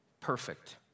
perfect